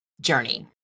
journey